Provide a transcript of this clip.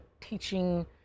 teaching